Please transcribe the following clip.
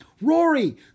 Rory